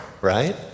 right